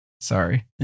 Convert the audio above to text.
Sorry